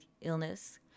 illness